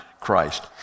Christ